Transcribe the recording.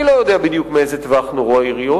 אני לא יודע בדיוק מאיזה טווח נורו היריות,